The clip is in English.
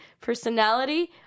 personality